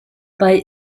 bei